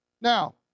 Now